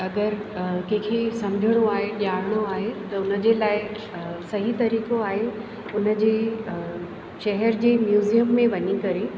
अगरि कंहिंखे सम्झणो आहे ॼाणिणो आहे त हुन जे लाइ सही तरीक़ो आहे उन जे शहर जे म्यूज़ियम में वञी करे